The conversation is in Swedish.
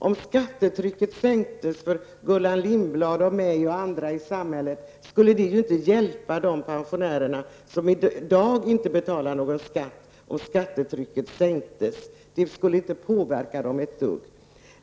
Om skattetrycket sänktes för Gullan Lindblad, mig och andra i samhället, skulle det ju inte hjälpa de pensionärer som i dag inte betalar någon skatt. Det skulle inte påverka dem ett dugg.